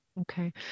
Okay